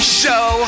show